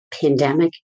pandemic